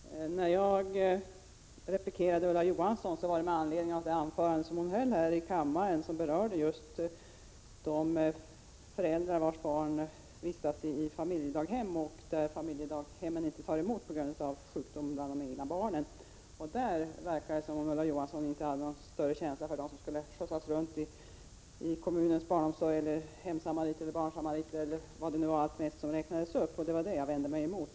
Herr talman! När jag replikerade Ulla Johansson gjorde jag det med anledning av det anförande hon höll här i kammaren, som berörde just de föräldrar vilkas barn vistas i familjedaghem och vad som händer när familjedaghemmet inte tar emot på grund av sjukdom bland de egna barnen. Det verkade som om Ulla Johansson inte hade någon större känsla för dem som skulle skjutsas runt i kommunens barnomsorg, få hemsamarit, barnsamarit eller annat av det som räknades upp. Det var det jag vände mig emot.